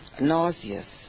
nauseous